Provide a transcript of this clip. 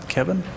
Kevin